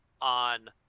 on